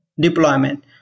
deployment